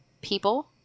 people